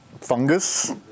fungus